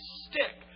stick